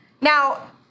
Now